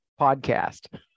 podcast